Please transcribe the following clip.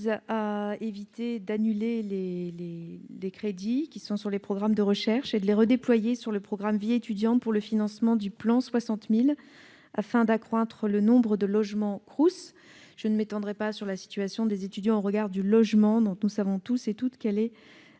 à éviter d'annuler les crédits prévus pour les programmes de recherche et à les redéployer sur le programme « Vie étudiante », pour le financement du plan 60 000 logements étudiants, afin d'accroître le nombre de logements en Crous. Je ne m'étendrai pas sur la situation des étudiants au regard du logement ; nous savons toutes et tous qu'elle est